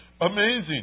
amazing